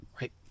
right